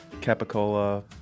capicola